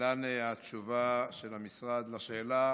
להלן התשובה של המשרד על השאלה.